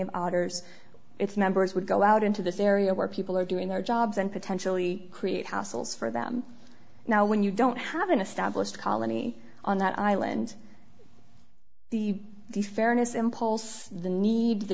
of auditors its members would go out into this area where people are doing their jobs and potentially create hassles for them now when you don't have an established colony on that island the the fairness impulse the need the